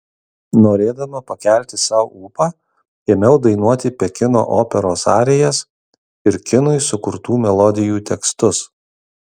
norėdama pakelti sau ūpą ėmiau dainuoti pekino operos arijas ir kinui sukurtų melodijų tekstus